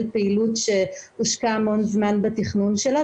פעילות שהושקע המון זמן בתכנון שלה.